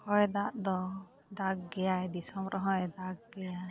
ᱦᱚᱭ ᱫᱟᱜ ᱫᱚᱭ ᱫᱟᱜ ᱜᱮᱭᱟᱭ ᱫᱤᱥᱚᱢ ᱨᱮᱦᱚᱸᱭ ᱫᱟᱜ ᱜᱤᱭᱟ